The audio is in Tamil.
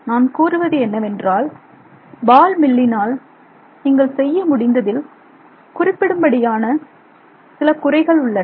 நான் கூறுவது என்னவென்றால் பால் மில்லினால் நீங்கள் செய்ய முடிந்ததில் குறிப்பிடும்படியான சில குறைகள் உள்ளன